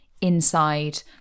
inside